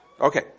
okay